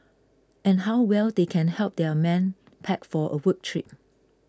and how well they can help their men pack for a work trip